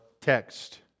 text